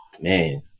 man